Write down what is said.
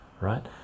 right